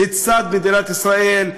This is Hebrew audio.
לצד מדינת ישראל,